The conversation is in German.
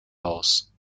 aus